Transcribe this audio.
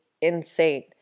insane